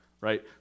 right